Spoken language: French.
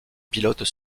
pilotes